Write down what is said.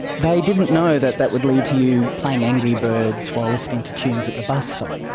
they didn't know that that would lead to you playing angry birds while listening to tunes at the bus stop.